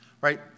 right